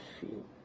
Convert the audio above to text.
feel